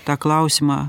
tą klausimą